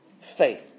faith